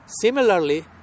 Similarly